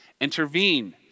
intervene